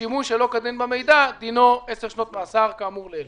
ששימוש שלא כדין במידע דינו 10 שנות מאסר כאמור לעיל.